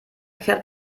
fährt